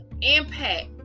impact